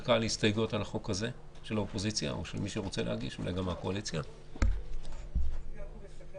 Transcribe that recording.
חלה הכרזה על הגבלה מלאה לפי תקנה